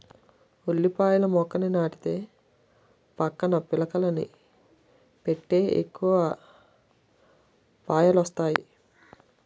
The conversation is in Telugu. ఉల్లిపాయల మొక్కని నాటితే పక్కన పిలకలని పెట్టి ఎక్కువ పాయలొస్తాయి